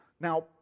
Now